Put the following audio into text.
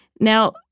Now